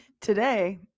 Today